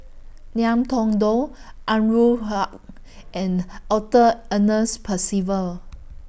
Ngiam Tong Dow Anwarul Haque and Arthur Ernest Percival